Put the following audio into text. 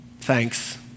thanks